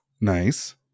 Nice